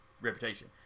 reputation